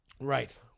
right